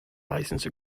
license